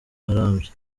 arambye